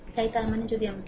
তাই তার মানে যদি আমাকে দাও